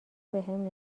بهم